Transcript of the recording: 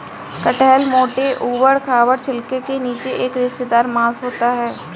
कटहल मोटे, ऊबड़ खाबड़ छिलके के नीचे एक रेशेदार मांस होता है